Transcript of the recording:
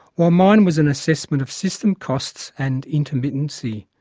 while mine was an assessment of system costs and intermittency.